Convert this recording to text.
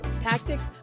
tactics